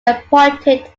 appointed